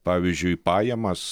pavyzdžiui pajamas